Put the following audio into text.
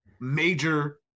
major